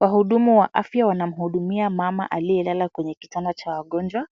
Wahudumu wa afya wanamhudumia mama aliyelala kwenye kitanda cha wagonjwa.